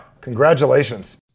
Congratulations